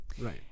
right